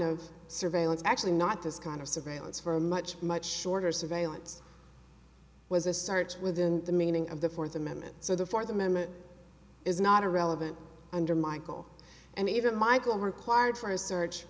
of surveillance actually not this kind of surveillance for a much much shorter surveillance was a search within the meaning of the fourth amendment so the fourth amendment is not irrelevant under michael and even michael required for search